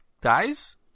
dies